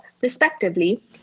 respectively